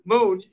Moon